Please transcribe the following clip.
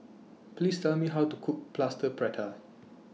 Please Tell Me How to Cook Plaster Prata